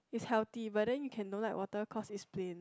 is healthy but then you can don't like water cause it's plain